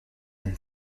une